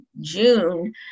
June